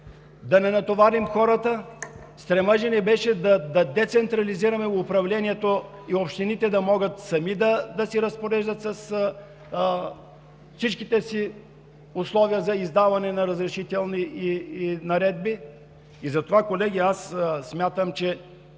да не натоварим хората. Стремежът ни беше да децентрализираме управлението и общините да могат сами да се разпореждат с всичките си условия за издаване на разрешителни и наредби. Колеги, ако има